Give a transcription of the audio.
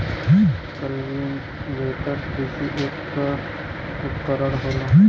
cultivator कृषि क एक उपकरन होला